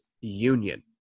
union